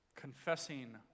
confessing